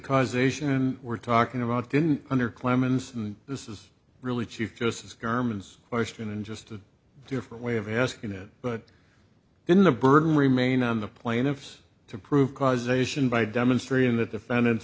causation we're talking about didn't under clemens and this is really chief justice garments are spinning just a different way of asking it but then the burden remain on the plaintiffs to prove causation by demonstrating that defendant